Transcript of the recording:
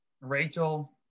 Rachel